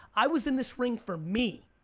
i was in this ring for me.